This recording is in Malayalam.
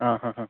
ആ ആ ആ